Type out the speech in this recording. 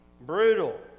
brutal